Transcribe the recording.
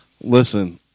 Listen